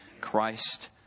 Christ